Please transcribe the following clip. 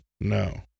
No